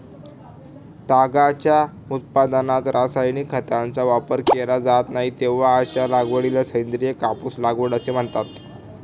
तागाच्या उत्पादनात रासायनिक खतांचा वापर केला जात नाही, तेव्हा अशा लागवडीला सेंद्रिय कापूस लागवड असे म्हणतात